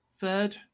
third